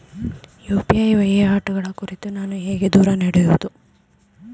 UPI ವಹಿವಾಟುಗಳ ಕುರಿತು ನಾನು ಹೇಗೆ ದೂರು ನೀಡುವುದು?